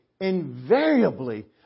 invariably